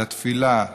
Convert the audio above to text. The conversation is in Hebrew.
לתפילה,